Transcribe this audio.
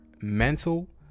mental